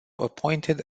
appointed